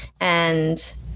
and-